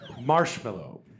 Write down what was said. Marshmallow